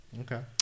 Okay